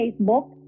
Facebook